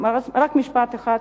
רק משפט אחד.